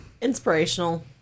Inspirational